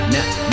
Now